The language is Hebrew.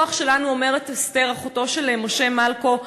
הכוח שלנו, אומרת אסתר, אחותו של משה מלקו,